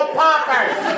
poppers